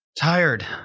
Tired